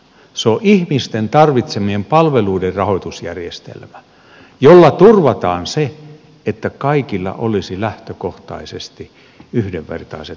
se on ihmisten tarvitsemien palveluiden rahoitusjärjestelmä jolla turvataan se että kaikilla olisi lähtökohtaisesti yhdenvertaiset palvelut saatavilla